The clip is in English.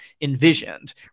envisioned